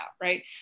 right